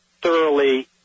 thoroughly